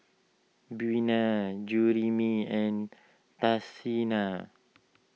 Buena Jerimy and Tashina